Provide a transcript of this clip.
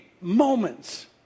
moments